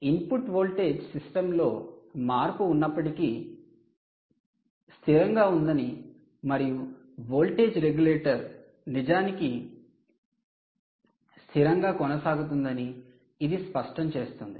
input voltage సిస్టంలో మార్పు ఉన్నప్పటికీ స్థిరంగా ఉందని మరియు వోల్టేజ్ రెగ్యులేటర్ నిజానికి చూడండి సమయం 6220 స్థిరంగా కొనసాగుతుందని ఇది స్పష్టం చేస్తుంది